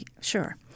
sure